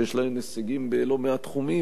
שיש להן הישגים בלא מעט תחומים,